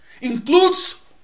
includes